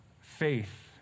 faith